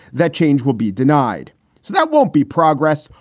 that change will be denied. so that won't be progress.